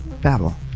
Babel